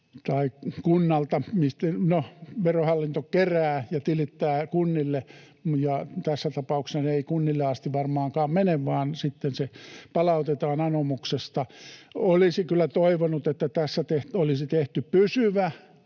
tai kunnalta. No, Verohallinto kerää ja tilittää kunnille, ja tässä tapauksessa ne eivät kunnille asti varmaankaan mene, vaan sitten se palautetaan anomuksesta. Olisi kyllä toivonut, että tässä olisi tehty pysyvä